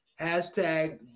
hashtag